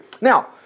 Now